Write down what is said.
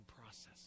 process